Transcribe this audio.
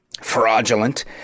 fraudulent